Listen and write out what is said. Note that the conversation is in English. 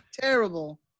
Terrible